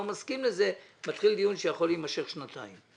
מסכים לזה ומתחיל דיון שיכול להימשך שנתיים.